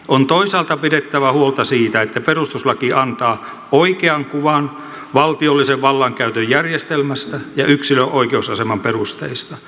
on toisaalta pidettävä huolta siitä että perustuslaki antaa oikean kuvan valtiollisen vallankäytön järjestelmästä ja yksilön oikeusaseman perusteista